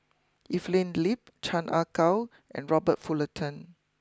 Evelyn Lip Chan Ah Kow and Robert Fullerton